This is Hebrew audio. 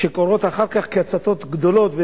שקורות אחר כך כהצתות גדולות,